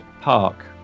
park